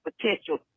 potential